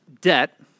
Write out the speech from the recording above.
debt